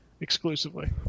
exclusively